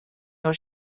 your